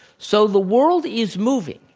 so the world is moving,